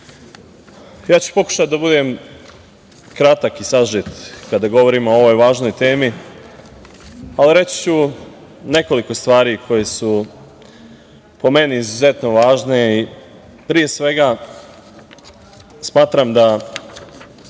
ću pokušati da budem kratak i sažet kada govorimo o ovoj važnoj temi. Pa evo reći ću nekoliko stvari koje su po meni izuzetno važne i pre svega smatram da